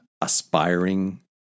aspiring